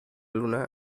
luna